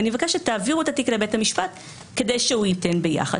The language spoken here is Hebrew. ומבקש להעביר את התיק לבית המשפט כדי שהוא ייתן את זה ביחד.